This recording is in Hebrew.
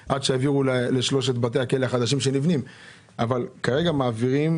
על שלושת בתי הכלא החדשים שנבנים אבל כרגע מעבירים